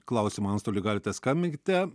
klausimų antstoliui galite skambinte